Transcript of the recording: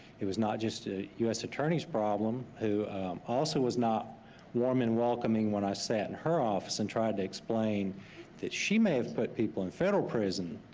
it was not just a u. s. attorney's problem who also was not warm and welcoming when i sat in her office and tried to explain that she may have put people in federal prison,